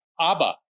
Abba